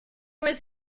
was